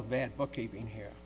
of van bookkeeping here